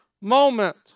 moment